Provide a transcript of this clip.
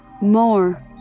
More